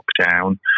lockdown